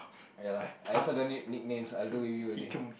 ya lah I have so many nicknames I told you already